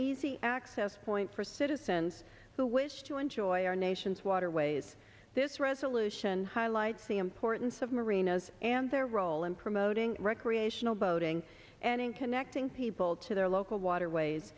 easy access point for citizens who wish to enjoy our nation's waterways this resolution highlights the importance of marinas and their role in promoting recreational boating and in connecting people to their local waterways